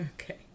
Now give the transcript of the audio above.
Okay